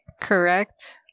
correct